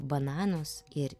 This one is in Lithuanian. bananus ir